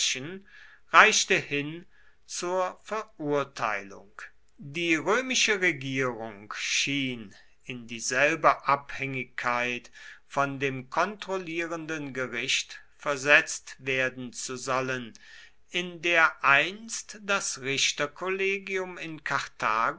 reichte hin zur verurteilung die römische regierung schien in dieselbe abhängigkeit von dem kontrollierenden gericht versetzt werden zu sollen in der einst das richterkollegium in